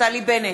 נפתלי בנט,